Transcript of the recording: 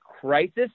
crisis